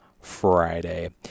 Friday